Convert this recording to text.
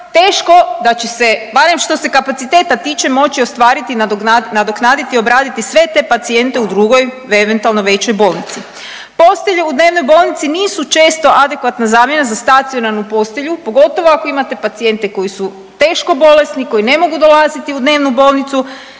teško da će se, barem što se kapaciteta tiče, moći ostvariti, nadoknaditi i obraditi sve te pacijente u drugoj eventualno većoj bolnici. Postelje u dnevnoj bolnici nisu često adekvatna zamjena za stacionarnu postelju, pogotovo ako imate pacijente koji su teško bolesni, koji ne mogu dolaziti u dnevnu bolnicu